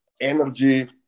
energy